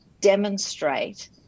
demonstrate